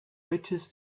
riches